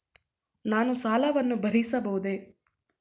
ನಾನು ಸಾಲವನ್ನು ಭರಿಸಬಹುದೇ?